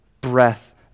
breath